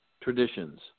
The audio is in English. traditions